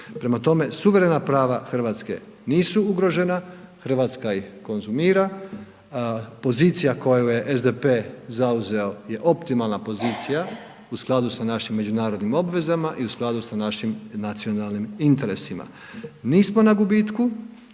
Prema tome, suverena prava Hrvatske nisu ugrožena, Hrvatska ih konzumira, pozicija koju je SDP zauzeo je optimalna pozicija u skladu sa našim međunarodnim obvezama i u skladu sa našim nacionalnim interesima. Nismo na gubitku